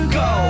go